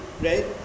right